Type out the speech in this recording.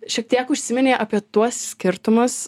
šiek tiek užsiminei apie tuos skirtumus